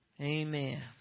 Amen